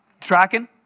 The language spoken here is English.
Tracking